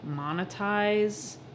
monetize